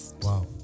Wow